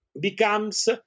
becomes